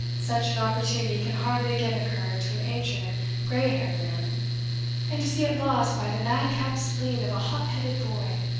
such an opportunity can hardly again occur to an ancient and grey-haired man and to see it lost by the madcap spleen of a hot-headed boy!